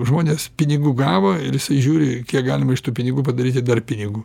žmonės pinigų gavo ir jisai žiūri kiek galima iš tų pinigų padaryti dar pinigų